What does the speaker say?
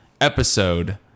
episode